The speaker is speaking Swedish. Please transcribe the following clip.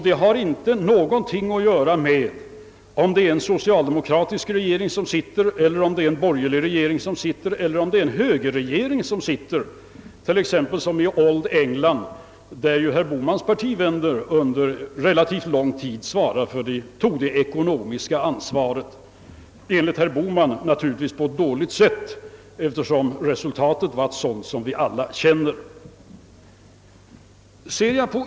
Det har ingenting att göra med om regeringen är socialdemokratisk eller borgerlig. I t.ex. »OId England» bar herr Bohmans partivänner under relativt lång tid det ekonomiska ansvaret. Vi känner alla till vad resultatet blev, och herr Bohman måste tycka att de skötte sig dåligt.